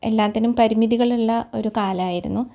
എല്ലാത്തിനും പരിമിതികളുള്ള ഒരു കാലമായിരുന്നു